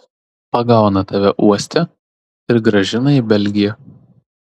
pagauna tave uoste ir grąžina į belgiją